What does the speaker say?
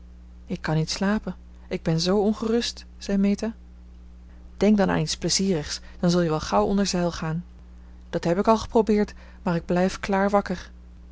ik kan niet slapen ik ben zoo ongerust zei meta denk dan aan iets plezierigs dan zul je wel gauw onder zeil gaan dat heb ik al geprobeerd maar ik blijf klaar wakker